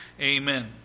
Amen